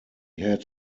had